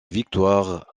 victoire